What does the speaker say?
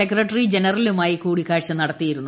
secretary ജനറലുമായി കൂടിക്കാഴ്ച നടത്തിയിരുന്നു